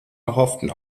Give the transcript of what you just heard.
erhofften